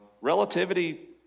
relativity